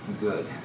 good